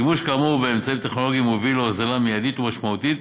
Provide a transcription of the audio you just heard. שימוש כאמור באמצעים טכנולוגיים מוביל להוזלה מיידית ומשמעותית